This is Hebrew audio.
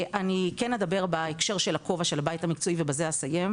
אני כן אדבר בהקשר של הכובע של הבית המקצועי ובזה אני אסיים,